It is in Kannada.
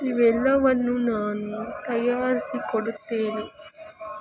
ಇವೆಲ್ಲವನ್ನೂ ನಾನು ತಯಾರಿಸಿ ಕೊಡುತ್ತೇನೆ